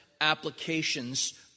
applications